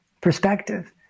perspective